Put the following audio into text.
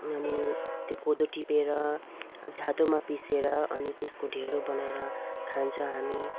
अनि त्यो कोदो टिपेर जाँतोमा पिसेर अनि त्यसको ढिँडो बनाएर खान्छौँ हामी